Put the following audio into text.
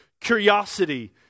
curiosity